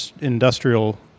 industrial